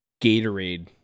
Gatorade